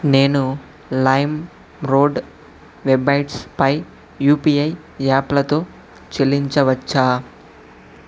నేను lime road websites పై UPI యాప్లతో చెల్లించవచ్చా